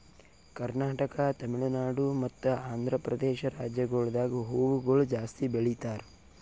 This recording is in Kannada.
ಕರ್ನಾಟಕ, ತಮಿಳುನಾಡು ಮತ್ತ ಆಂಧ್ರಪ್ರದೇಶ ರಾಜ್ಯಗೊಳ್ದಾಗ್ ಹೂವುಗೊಳ್ ಜಾಸ್ತಿ ಬೆಳೀತಾರ್